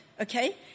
okay